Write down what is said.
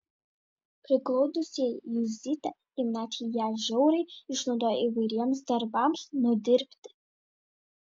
priglaudusieji juzytę giminaičiai ją žiauriai išnaudojo įvairiems darbams nudirbti